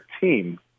team